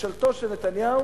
ממשלתו של נתניהו